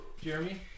Jeremy